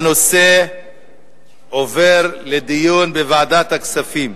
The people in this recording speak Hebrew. הנושא של עליית מחירי הלחם עובר לדיון בוועדת הכספים.